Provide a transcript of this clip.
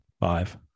five